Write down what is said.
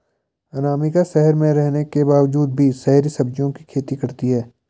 अनामिका शहर में रहने के बावजूद भी शहरी सब्जियों की खेती करती है